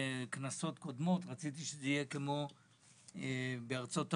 בכנסות קודמות ורציתי שזה יהיה כמו בארצות הברית,